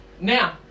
Now